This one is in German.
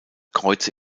kreuze